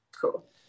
Cool